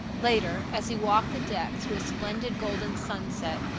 later, as he walked the deck through a splendid golden sunset,